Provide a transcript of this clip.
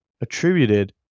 attributed